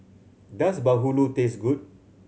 does bahulu taste good